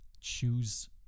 choose